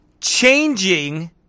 Changing